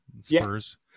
spurs